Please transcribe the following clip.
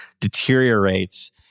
deteriorates